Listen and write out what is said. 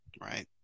Right